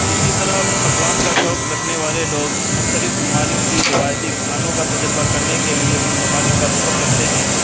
اسی طرح پکوان کا شوق رکھنے والے لوگ مختلف ممالک کی روایتی کھانوں کا تجربہ کرنے کے لیے ان ممالک کا سفر کرتے ہیں